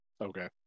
Okay